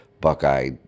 Buckeye